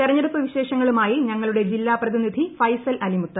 തെരഞ്ഞെടുപ്പ് വിശേഷങ്ങളുമായി ഞങ്ങളുടെ ജില്ലാ പ്രതിനിധി ഫൈസൽ അലിമുത്ത്